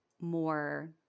More